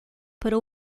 para